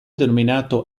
denominato